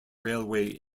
railway